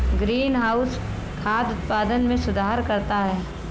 greenhouse खाद्य उत्पादन में सुधार करता है